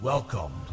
Welcome